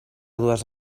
dues